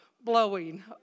blowing